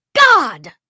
God